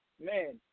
man